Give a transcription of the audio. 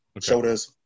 Shoulders